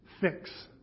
fix